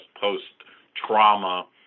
post-trauma